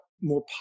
more